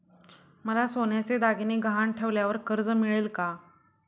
मला सोन्याचे दागिने गहाण ठेवल्यावर कर्ज मिळेल का?